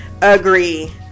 agree